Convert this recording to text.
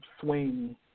swing